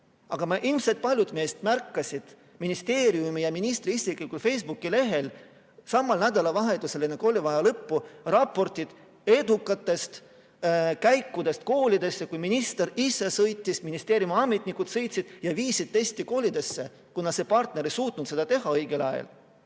Aga ilmselt paljud meist märkasid ministeeriumi ja ministri isiklikul Facebooki lehel samal nädalavahetusel enne koolivaheaja lõppu raportit edukatest käikudest koolidesse, kui minister ise sõitis, ministeeriumi ametnikud sõitsid ja viisid testid koolidesse, kuna see partner ei suutnud seda õigel ajal